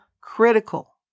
critical